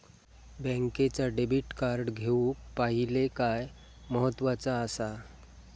बँकेचा debit card घेउक पाहिले काय महत्वाचा असा?